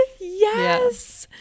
Yes